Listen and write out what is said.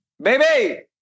Baby